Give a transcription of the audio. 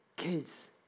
kids